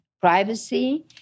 privacy